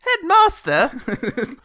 Headmaster